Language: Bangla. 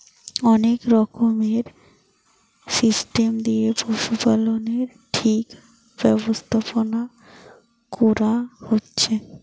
অনেক রকমের সিস্টেম দিয়ে পশুপালনের ঠিক ব্যবস্থাপোনা কোরা হচ্ছে